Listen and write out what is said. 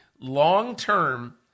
long-term